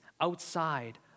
outside